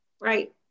right